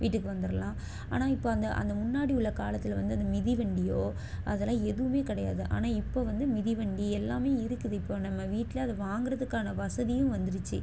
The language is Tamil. வீட்டுக்கு வந்துடலாம் ஆனால் இப்போ அந்த அந்த முன்னாடி உள்ள காலத்தில் வந்து அந்த மிதிவண்டியோ அதெல்லாம் எதுவுமே கிடையாது ஆனால் இப்போது வந்து மிதிவண்டி எல்லாமே இருக்குது இப்போது நம்ம வீட்டில் அதை வாங்கிறதுக்கான வசதியும் வந்துருச்சு